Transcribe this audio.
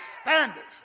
standards